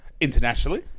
Internationally